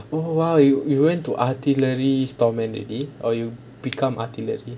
oh !whoa! you you went to artillery storeman already or you become artillery